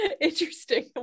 Interesting